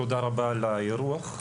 תודה רבה על האירוח,